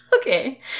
Okay